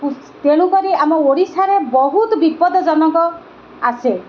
କୁ ତେଣୁକରି ଆମ ଓଡ଼ିଶାରେ ବହୁତ ବିପଦଜନକ ଆସେ